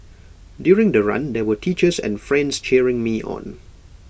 during the run there were teachers and friends cheering me on